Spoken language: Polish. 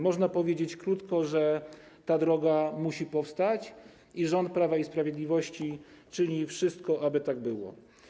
Można powiedzieć krótko, że ta droga musi powstać i rząd Prawa i Sprawiedliwości czyni wszystko, aby tak się stało.